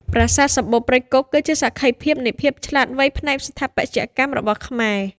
ប្រាសាទសំបូរព្រៃគុក គឺជាសក្ខីភាពនៃភាពឆ្លាតវៃផ្នែកស្ថាបត្យកម្មរបស់ខ្មែរ។